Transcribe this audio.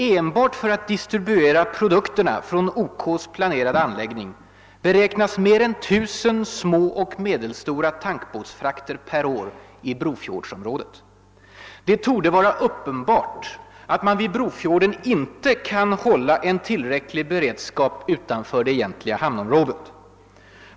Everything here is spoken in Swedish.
——— Enbart för att distribuera produkterna från OK:s planerade anläggning beräknas mer än 1000 små och medelstora tankbåtsfrakter per år i Brofjordenområdet. ——— Det torde vara uppenbart att man vid Brofjorden inte kan hålla en tillräcklig beredskap utanför det egentliga hamnområdet.